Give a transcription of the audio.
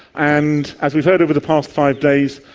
and, as we've heard over the past five days,